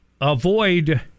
avoid